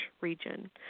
region